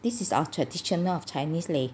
this is our tradition of chinese leh